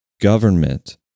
government